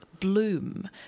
bloom